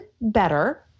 better